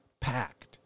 packed